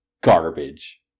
garbage